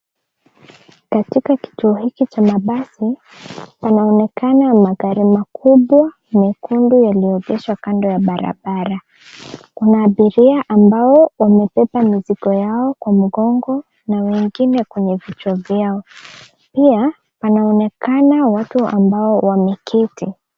Katika kituo hiki cha mabasi, panaonekana magari makubwa mekundu yaliyoegeshwa kando ya barabara. Kuna abiria ambao wamebeba mizigo yao kwa mgongo na wengine kwenye vichwa vyao. Pia panaonekana watu ambao wameketi.